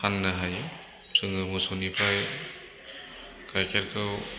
फाननो हायो जोङो मोसौनिफ्राय गायखेरखौ